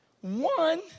one